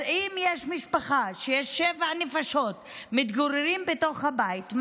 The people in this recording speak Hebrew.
אז אם יש משפחה שיש בה שבע נפשות שמתגוררות בתוך הבית,